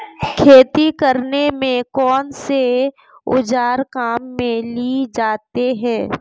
खेती करने में कौनसे औज़ार काम में लिए जाते हैं?